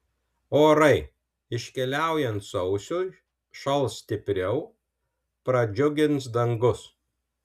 orai iškeliaujant sausiui šals stipriau pradžiugins dangus